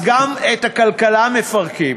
אז גם את הכלכלה מפרקים,